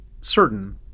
certain